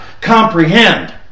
comprehend